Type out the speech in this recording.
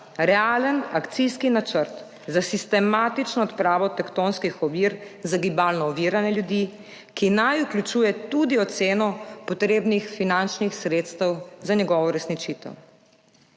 realen akcijski načrt za sistematično odpravo tektonskih ovir za gibalno ovirane ljudi, ki naj vključuje tudi oceno potrebnih finančnih sredstev za njegovo uresničitev.